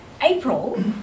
April